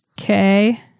Okay